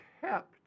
kept